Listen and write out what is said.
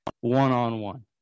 one-on-one